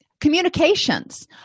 Communications